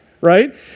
right